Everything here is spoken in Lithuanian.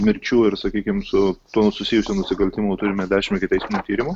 mirčių ir sakykim su tuo susijusių nusikaltimų turime dešimt ikiteisminių tyrimų